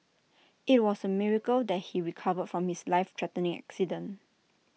IT was A miracle that he recovered from his life threatening accident